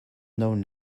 known